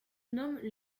nomment